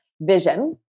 vision